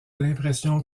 l’impression